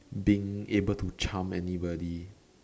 being able to charm anybody